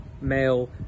male